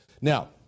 Now